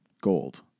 gold